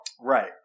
Right